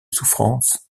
souffrances